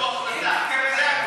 יקבלו החלטה, זה הכול.